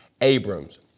Abrams